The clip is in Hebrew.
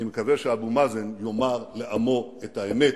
אני מקווה שאבו מאזן יאמר לעמו את האמת,